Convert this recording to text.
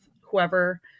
whoever